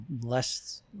less